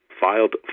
filed